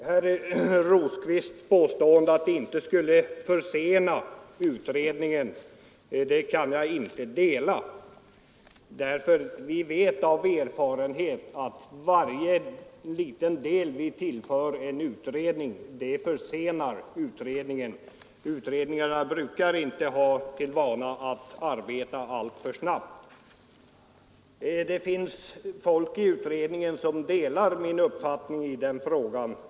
Herr Rosqvists uppfattning att tilläggsdirektiv inte skulle försena utredningen kan jag inte dela. Vi vet av erfarenhet att varje liten del vi tillför en utredning försenar dess arbete. Utredningar brukar inte ha till vana att arbeta alltför snabbt. Det finns personer i utredningen som delar min uppfattning i den här frågan.